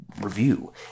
review